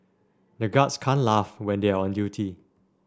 the guards can't laugh when they are on duty